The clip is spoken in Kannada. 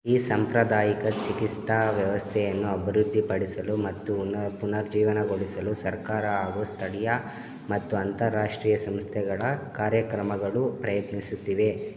ಈ ಸಾಂಪ್ರದಾಯಿಕ ಚಿಕಿತ್ಸಾ ವ್ಯವಸ್ಥೆಯನ್ನು ಅಭಿವೃದ್ಧಿಪಡಿಸಲು ಮತ್ತು ಪುನರ್ಜೀವನಗೊಳಿಸಲು ಸರ್ಕಾರ ಹಾಗು ಸ್ಥಳೀಯ ಮತ್ತು ಅಂತಾರಾಷ್ಟ್ರೀಯ ಸಂಸ್ಥೆಗಳ ಕಾರ್ಯಕ್ರಮಗಳು ಪ್ರಯತ್ನಿಸುತ್ತಿವೆ